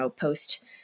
post